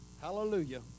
hallelujah